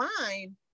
mind